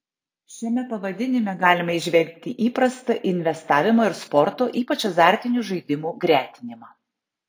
šiame pavadinime galima įžvelgti įprastą investavimo ir sporto ypač azartinių žaidimų gretinimą